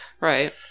Right